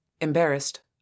Embarrassed